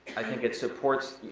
i think it supports,